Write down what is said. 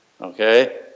okay